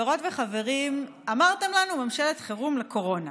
חברות וחברים, אמרתם לנו: ממשלת חירום לקורונה